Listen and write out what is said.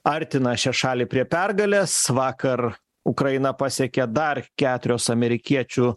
artina šią šalį prie pergalės vakar ukrainą pasiekė dar keturios amerikiečių